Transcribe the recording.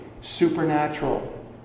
Supernatural